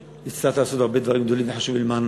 הצלחת לעשות הרבה דברים גדולים וחשובים למען